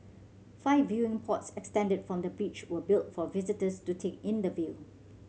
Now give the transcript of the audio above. five viewing pods extended from the bridge were built for visitors to take in the view